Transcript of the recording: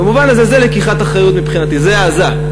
במובן הזה זה לקיחת אחריות מבחינתי, זה העזה.